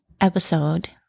episode